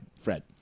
Fred